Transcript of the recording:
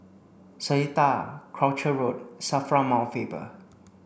Seletar Croucher Road SAFRA Mount Faber